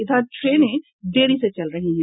इधर ट्रेने देरी से चल रही है